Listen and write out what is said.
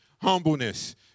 humbleness